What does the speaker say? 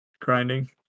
grinding